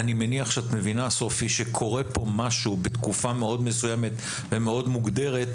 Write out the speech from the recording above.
אני מניח שאת מבינה שקורה פה משהו בתקופה מאוד מסוימת ומאוד מוגדרת,